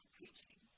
preaching